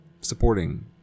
supporting